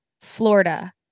Florida